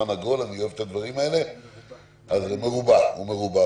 שלום אדוני,